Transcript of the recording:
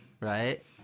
right